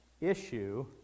issue